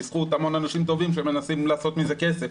בזכות המון אנשים טובים שמנסים לעשות מזה כסף.